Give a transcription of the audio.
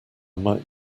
might